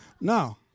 No